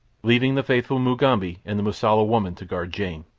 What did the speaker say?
leaving the faithful mugambi and the mosula woman to guard jane,